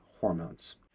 hormones